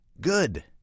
good